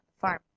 farm